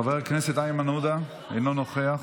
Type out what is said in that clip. חבר הכנסת איימן עודה, אינו נוכח,